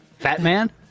Batman